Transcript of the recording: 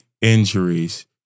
injuries